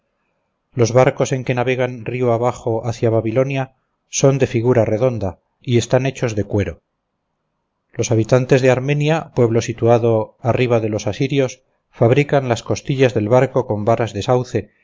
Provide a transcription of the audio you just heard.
los barcos en que navegan río abajo hacia babilonia son de figura redonda y están hechos de cuero los habitantes de armenia pueblo situado arriba de los asirios fabrican las costillas del barco con varas de sauce